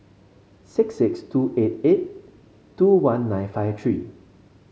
six six two eight eight two one nine five three